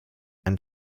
and